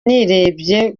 nirebye